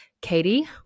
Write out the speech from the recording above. Katie